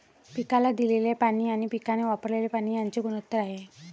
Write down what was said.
पिकाला दिलेले पाणी आणि पिकाने वापरलेले पाणी यांचे गुणोत्तर आहे